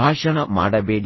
ಭಾಷಣ ಮಾಡಬೇಡಿ